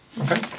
Okay